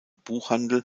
buchhandel